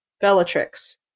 Bellatrix